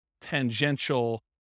tangential